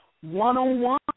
one-on-one